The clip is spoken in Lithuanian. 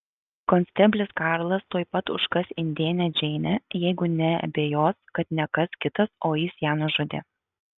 konsteblis karlas tuoj pat užkas indėnę džeinę jeigu neabejos kad ne kas kitas o jis ją nužudė